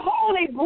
Holy